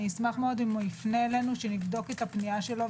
אני אשמח מאוד אם הוא יפנה אלינו כדי שנבדוק את הפנייה שלו,